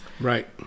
Right